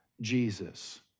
Jesus